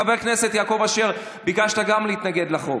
חבר הכנסת יעקב אשר, ביקשת גם להתנגד לחוק.